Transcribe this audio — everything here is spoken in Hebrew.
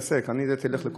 יש לך פטרייה?